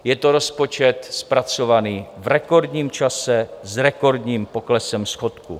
Je to rozpočet zpracovaný v rekordním čase s rekordním poklesem schodku.